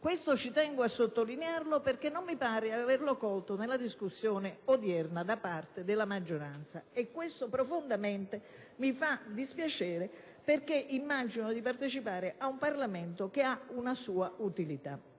questa. Ci tengo a sottolinearlo perché non mi pare di aver colto tale aspetto nella discussione odierna da parte della maggioranza, e questo mi fa profondamente dispiacere perché immagino di partecipare a un Parlamento che ha una sua utilità.